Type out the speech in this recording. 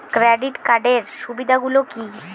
Credit কার্ডের সুবিধা গুলো কি?